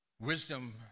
Wisdom